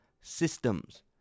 systems